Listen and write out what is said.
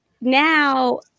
now